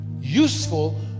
useful